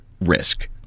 risk